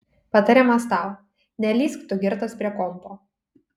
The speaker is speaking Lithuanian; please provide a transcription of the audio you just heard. patarimas tau nelįsk tu girtas prie kompo